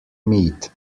meat